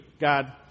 God